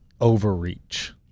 overreach